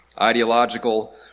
ideological